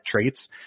traits